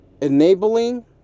Enabling